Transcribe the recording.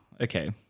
Okay